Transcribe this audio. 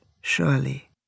surely